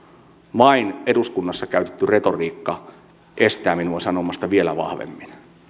vain eduskunnassa käytetty retoriikka estää minua sanomasta vielä vahvemmin